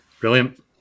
Brilliant